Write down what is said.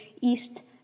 East